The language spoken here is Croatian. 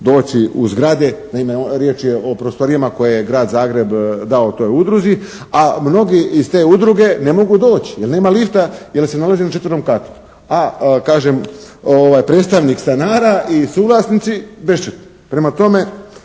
doći u zgrade. Naime, riječ je o prostorijama koje je Grad Zagreb dao toj udruzi, a mnogi iz te udruge ne mogu doći jer nema lifta, jer se nalazi na 4. katu. A kažem, predstavnik stanara i suvlasnici bešćutni. Prema tome,